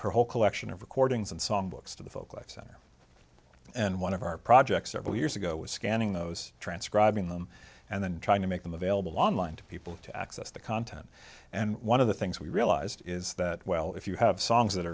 her whole collection of recordings and song books to the folklife center and one of our projects several years ago was scanning those transcribing them and then trying to make them available online to people to access the content and one of the things we realized is that well if you have songs that